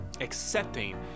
accepting